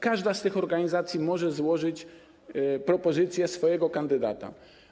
Każda z tych organizacji może złożyć propozycję co do swojego kandydata.